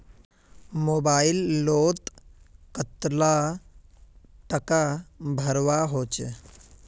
Mobile लोत कतला टाका भरवा होचे?